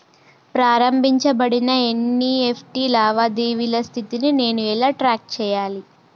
ప్రారంభించబడిన ఎన్.ఇ.ఎఫ్.టి లావాదేవీల స్థితిని నేను ఎలా ట్రాక్ చేయాలి?